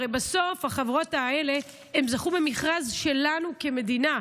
הרי בסוף החברות האלה זכו במכרז שלנו כמדינה.